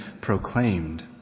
proclaimed